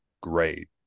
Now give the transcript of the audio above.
great